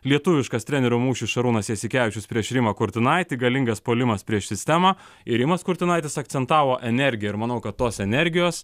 lietuviškas trenerių mūšis šarūnas jasikevičius prieš rimą kurtinaitį galingas puolimas prieš sistemą ir rimas kurtinaitis akcentavo energiją ir manau kad tos energijos